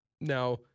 Now